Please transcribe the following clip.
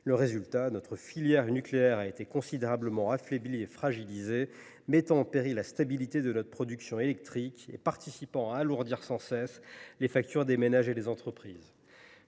Résultat, notre filière nucléaire a été considérablement affaiblie et fragilisée, ce qui a mis en péril la stabilité de notre production électrique et participé à alourdir sans cesse les factures des ménages et des entreprises.